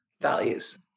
values